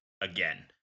again